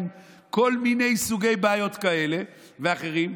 כל מיני סוגי בעיות כאלה ואחרות,